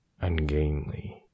ungainly